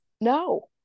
no